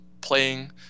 playing